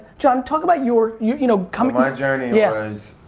john, talk about your, you you know, coming. my journey yeah was